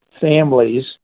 families